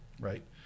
Right